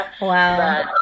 Wow